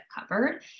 covered